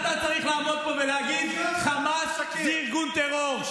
אתה צריך לעמוד פה ולהגיד: חמאס זה ארגון טרור,